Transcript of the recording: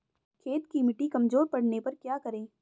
खेत की मिटी कमजोर पड़ने पर क्या करें?